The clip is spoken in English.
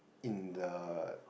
in the